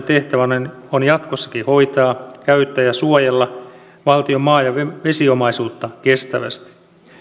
tehtävänä on jatkossakin hoitaa käyttää ja suojella valtion maa ja vesiomaisuutta kestävästi